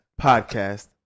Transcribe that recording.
podcast